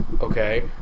Okay